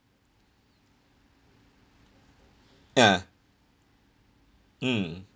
ah mm